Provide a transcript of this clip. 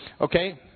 Okay